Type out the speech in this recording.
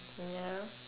ya